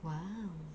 !wow!